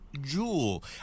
Jewel